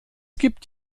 gibt